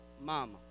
mama